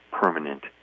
permanent